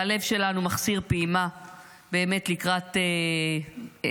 והלב שלנו מחסיר פעימה באמת לקראת אפשרות,